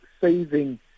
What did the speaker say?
Saving